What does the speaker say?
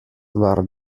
war